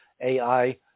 AI